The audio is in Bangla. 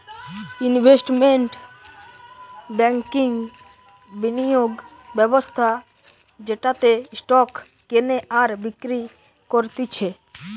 ইনভেস্টমেন্ট ব্যাংকিংবিনিয়োগ ব্যবস্থা যেটাতে স্টক কেনে আর বিক্রি করতিছে